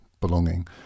belonging